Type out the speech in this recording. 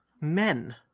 men